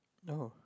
no